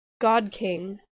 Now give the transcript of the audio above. god-king